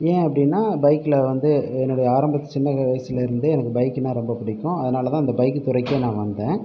ஏன் அப்படின்னா பைக்கில் வந்து என்னுடைய ஆரம்ப சின்ன வயசுலேருந்தே எனக்கு பைக்குனா ரொம்ப பிடிக்கும் அதனால் தான் இந்த பைக்கு துறைக்கே நான் வந்தேன்